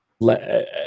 let